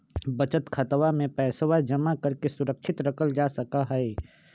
बचत खातवा में पैसवा जमा करके सुरक्षित रखल जा सका हई